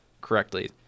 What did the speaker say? correctly